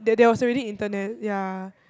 there there was already internet ya